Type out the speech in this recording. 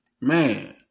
man